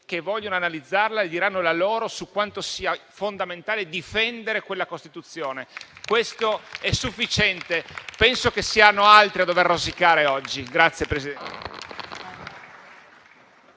che vorranno analizzarla e diranno la loro su quanto sia fondamentale difenderla. Questo è sufficiente. Penso che siano altri a dover rosicare oggi.